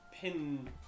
pin